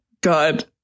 God